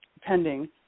pending